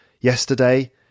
Yesterday